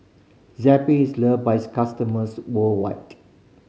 Zappy is loved by its customers worldwide